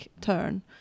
turn